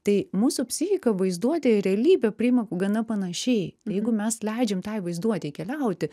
tai mūsų psichika vaizduotė realybę priima gana panašiai jeigu mes leidžiam tai vaizduotei keliauti